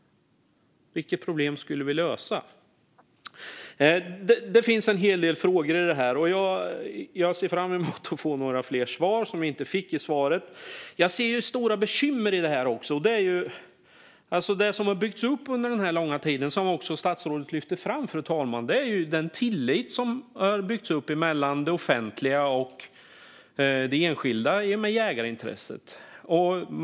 Vilket problem skulle vi lösa? Det finns en hel del frågor här, och jag ser fram emot att få några fler svar, som vi inte fick i interpellationssvaret. Jag ser stora bekymmer här. Det som har byggts upp under denna långa tid och som statsrådet lyfte fram, fru talman, är tilliten mellan det offentliga och det enskilda i och med jägarintresset.